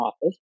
office